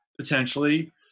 potentially